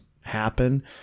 happen